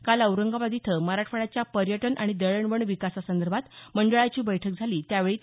काल औरंगाबाद इथं मराठवाड्याच्या पर्यटन आणि दळणवळण विकासासंदर्भात मंडळाची बैठक झाली त्यावेळी डॉ